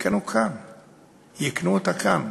יקנו אותה כאן,